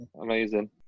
amazing